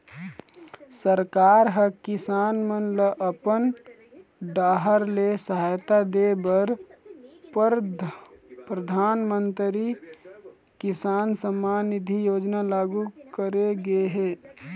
सरकार ह किसान मन ल अपन डाहर ले सहायता दे बर परधानमंतरी किसान सम्मान निधि योजना लागू करे गे हे